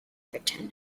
return